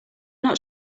not